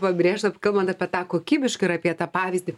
pabrėžt kad kalbant apie tą kokybišką ir apie tą pavyzdį